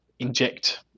inject